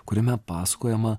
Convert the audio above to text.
kuriame pasakojama